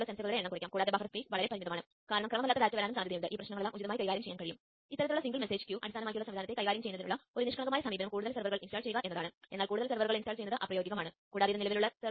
ഇതാണ് transmitter module ഈ ആശയവിനിമയം എങ്ങനെ നടക്കുന്നുവെന്ന് നമ്മൾ കാണിക്കും